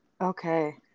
Okay